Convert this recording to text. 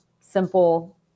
simple